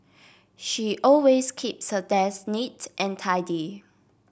she always keeps her desk neat and tidy